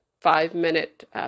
five-minute